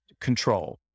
control